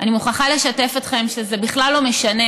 אני מוכרחה לשתף אתכם שזה בכלל לא משנה